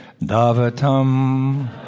Davatam